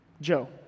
Joe